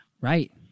Right